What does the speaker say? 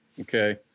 okay